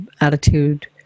attitude